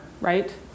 right